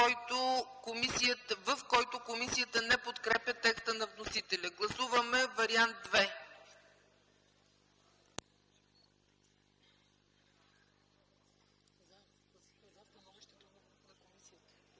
в който комисията не подкрепя текста на вносителя. Гласуваме по вариант ІІ